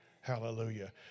Hallelujah